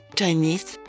Chinese